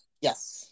Yes